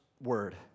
word